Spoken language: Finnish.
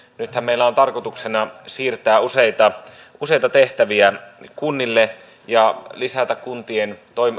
nythän meillä on tarkoituksena siirtää useita useita tehtäviä kunnille ja lisätä kuntien